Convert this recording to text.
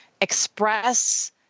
express